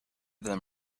them